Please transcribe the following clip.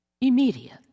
immediate